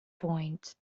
point